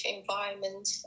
environment